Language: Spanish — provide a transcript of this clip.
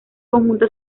conjunto